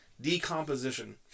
Decomposition